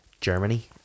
Germany